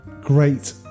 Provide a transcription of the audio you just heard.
great